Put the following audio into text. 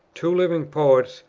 two living poets,